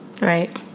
Right